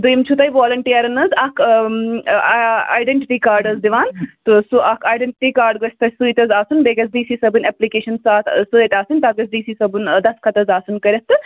دوٚیِم چھُو تۄہہِ والٮ۪نٹِیرَن حظ اَکھ اَیڈٮ۪نٹِٹی کاڈ حظ دِوان تہٕ سُہ اَکھ اَیڈٮ۪نٹِٹی کاڈ گژھِ تۄہہِ سۭتۍ حظ آسُن بیٚیہِ گژھِ ڈی سی صٲبٕنۍ اٮ۪پلَکیشَن ساتھ سۭتۍ آسٕنۍ تَتھ گژھِ ڈی سی صٲبُن دَسخَت حظ آسُن کٔرِتھ تہٕ